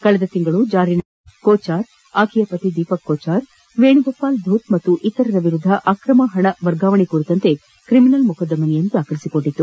ಕಳೆದ ತಿಂಗಳು ಜಾರಿ ನಿರ್ದೇಶನಾಲಯ ಕೊಚ್ಚರ್ ಆಕೆಯ ಪತಿ ದೀಪಕ್ ಕೊಚ್ಚರ್ ವೇಣುಗೋಪಾಲ್ ಧೂತ್ ಮತ್ತು ಇತರರ ವಿರುದ್ಧ ಅಕ್ರಮ ಹಣ ವರ್ಗಾವಣೆ ಕುರಿತಂತೆ ಕ್ರಿಮಿನಲ್ ಮೊಕದ್ದಮೆ ದಾಖಲಿಸಿತ್ತು